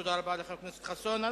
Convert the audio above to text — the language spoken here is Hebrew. תודה רבה לחבר הכנסת חסון.